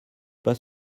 pas